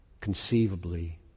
conceivably